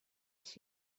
els